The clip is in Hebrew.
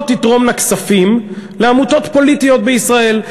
לא תתרומנה כספים לעמותות פוליטיות בישראל.